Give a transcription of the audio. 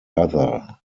other